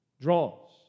draws